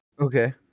Okay